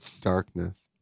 darkness